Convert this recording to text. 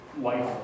life